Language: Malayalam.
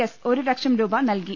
എസ് ഒരു ലക്ഷം രൂപ നൽകി